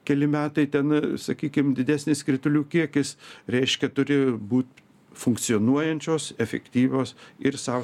keli metai ten sakykim didesnis kritulių kiekis reiškia turi būt funkcionuojančios efektyvios ir sau